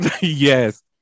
Yes